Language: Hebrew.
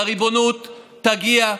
והריבונות תגיע,